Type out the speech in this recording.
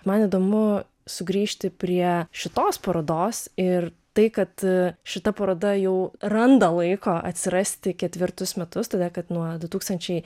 man įdomu sugrįžti prie šitos parodos ir tai kad šita paroda jau randa laiko atsirasti ketvirtus metus todėl kad nuo du tūkstančiai